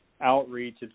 outreach